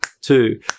two